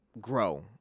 grow